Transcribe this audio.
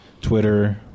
Twitter